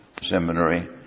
Seminary